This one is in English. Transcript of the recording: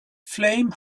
flame